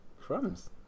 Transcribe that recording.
Crumbs